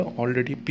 already